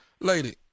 Lady